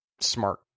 smart